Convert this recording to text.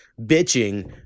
bitching